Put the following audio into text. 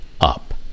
up